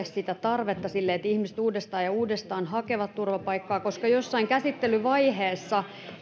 sitä tarvetta sille että ihmiset uudestaan ja uudestaan hakevat turvapaikkaa koska jossain käsittelyvaiheessa